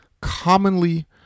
commonly